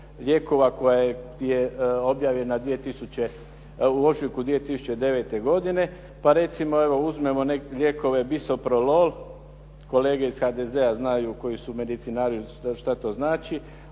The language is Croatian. koja je objavljena u ožujku 2009. godine, pa recimo uzmemo lijekove Bisoprolol, kolege iz HDZ-a znaju koji su medicinari šta to znači